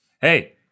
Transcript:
Hey